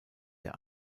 der